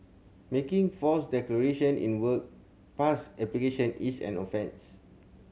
making false declaration in work pass application is an offence